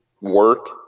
work